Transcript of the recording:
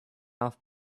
off